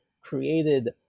created